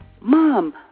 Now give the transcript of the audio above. Mom